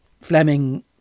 fleming